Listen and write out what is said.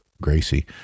Gracie